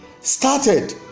started